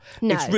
no